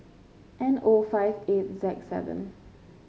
N O five eight Z seven